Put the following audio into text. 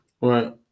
Right